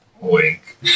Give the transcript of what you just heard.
Wink